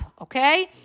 Okay